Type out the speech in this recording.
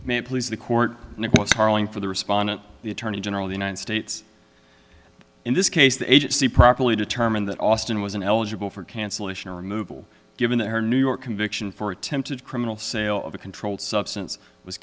it please the court and it was harling for the respondent the attorney general the united states in this case the agency properly determined that austin was an eligible for cancellation removal given that her new york conviction for attempted criminal sale of a controlled substance was